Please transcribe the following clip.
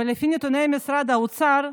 ולפי נתוני משרד האוצר,